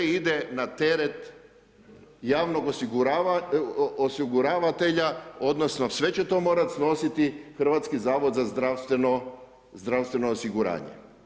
Sve ide na teret javnog osiguravatelja odnosno sve će to morat snositi Hrvatski zavod za zdravstveno osiguranje.